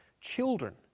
children